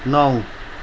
नौ